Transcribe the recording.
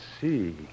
see